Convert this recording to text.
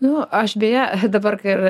nu aš beje dabar kai